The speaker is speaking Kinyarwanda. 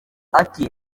ati